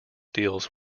deals